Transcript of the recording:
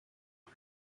and